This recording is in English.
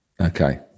okay